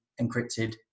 encrypted